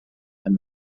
and